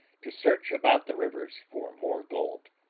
to search about the rivers for more gold.